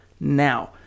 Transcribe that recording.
now